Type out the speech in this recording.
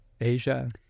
Asia